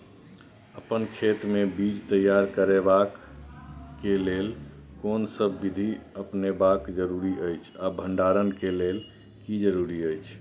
अपन खेत मे बीज तैयार करबाक के लेल कोनसब बीधी अपनाबैक जरूरी अछि आ भंडारण के लेल की जरूरी अछि?